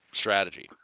strategy